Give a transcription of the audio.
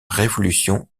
révolution